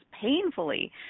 painfully